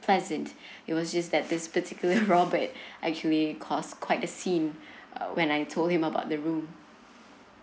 pleasant it was just that this particular robert actually caused quite a scene when I told him about the room